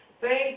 thank